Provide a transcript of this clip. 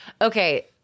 Okay